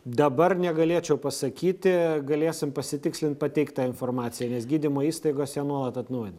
dabar negalėčiau pasakyti galėsim pasitikslint pateiktą informaciją nes gydymo įstaigos ją nuolat atnaujina